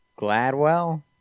Gladwell